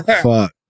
Fuck